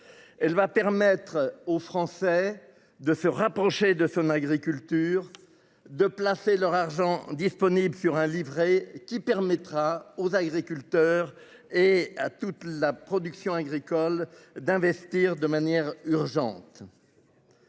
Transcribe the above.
Elle va permettre aux Français de se rapprocher de son agriculture de placer leur argent disponible sur un livret qui permettra aux agriculteurs et à toute la production agricole d'investir de manière urgente.